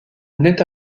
nait